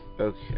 okay